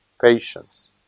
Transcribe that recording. Patience